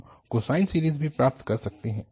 हम cosine series भी प्राप्त कर सकते हैं